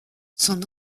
son